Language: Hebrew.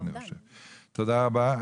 תודה רבה.